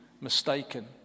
mistaken